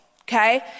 Okay